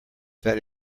that